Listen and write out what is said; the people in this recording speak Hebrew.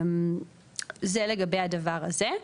זה לגבי הדבר הזה.